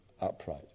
upright